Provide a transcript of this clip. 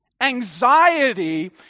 Anxiety